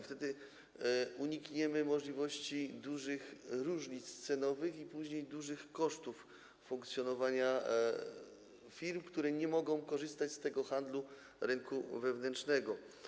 Wtedy unikniemy dużych różnic cenowych, a później - dużych kosztów funkcjonowania firm, które nie mogą korzystać z tego handlu, rynku wewnętrznego.